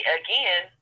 again